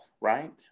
right